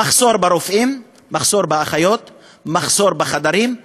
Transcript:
מחסור ברופאים, מחסור באחיות, מחסור בחדרים,